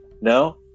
No